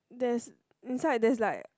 there's inside right inside there's like